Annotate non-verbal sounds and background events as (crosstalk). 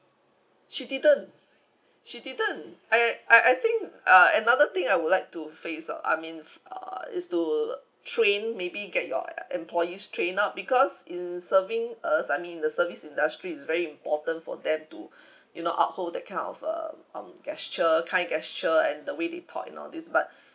she didn't (breath) she didn't I I I think uh another thing I would like to phrase uh I mean uh is to train maybe get your employees train up because in serving us I mean the service industry is very important for them to (breath) you know up hold that kind of uh um gesture kind gesture and the way they talk and all this but (breath)